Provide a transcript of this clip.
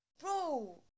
Bro